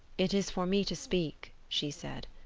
it is for me to speak she said,